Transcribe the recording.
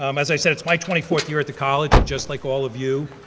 um as i said, it's my twenty fourth year at the college, and just like all of you,